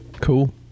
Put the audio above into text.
cool